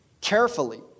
carefully